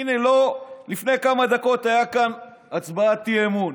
הינה, לפני כמה דקות הייתה כאן הצבעת אי-אמון.